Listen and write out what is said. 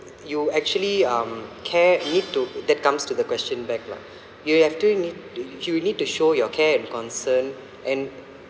you actually um care need to that comes to the question back lah you have to need you need to show your care and concern and